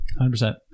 100%